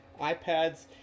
iPads